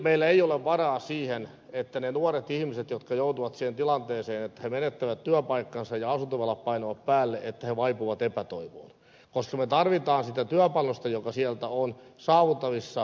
meillä ei ole varaa siihen että ne nuoret ihmiset jotka joutuvat siihen tilanteeseen että he menettävät työpaikkansa ja asuntovelat painavat päälle vaipuvat epätoivoon koska me tarvitsemme sitä työpanosta joka sieltä on saatavissa jatkossa